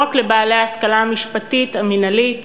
ולא רק לבעלי ההשכלה המשפטית, המינהלית,